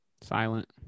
Silent